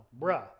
Bruh